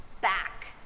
back